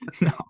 No